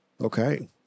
Okay